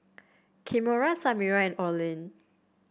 Kimora Samira and Orlin